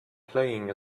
playing